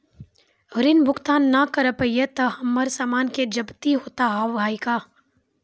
ऋण भुगतान ना करऽ पहिए तह हमर समान के जब्ती होता हाव हई का?